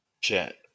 chat